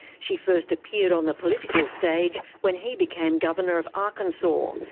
she first appeared on the political stage when he became governor of arkansas,